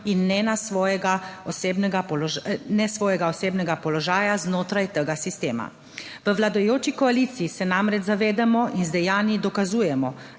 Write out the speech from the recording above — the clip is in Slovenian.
in ne svojega osebnega položaja znotraj tega sistema. V vladajoči koaliciji se namreč zavedamo in z dejanji dokazujemo,